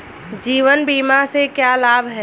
जीवन बीमा से क्या लाभ हैं?